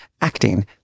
acting